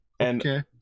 Okay